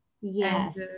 Yes